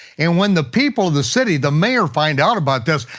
and when the people of the city, the mayor, find out about this,